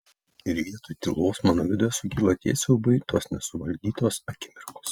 ir vietoj tylos mano viduje sukyla tie siaubai tos nesuvaldytos akimirkos